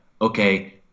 okay